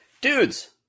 Dudes